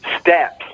steps